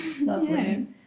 Lovely